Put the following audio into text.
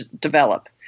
develop